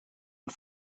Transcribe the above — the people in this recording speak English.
and